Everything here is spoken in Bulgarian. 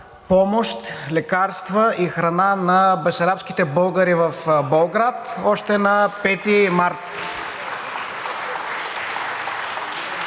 помощ – лекарства и храна, на бесарабските българи в Болград още на 5 март.